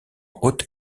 haute